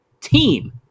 team